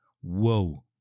whoa